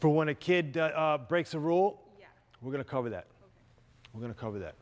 for when a kid breaks a rule we're going to cover that we're going to cover that